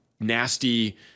nasty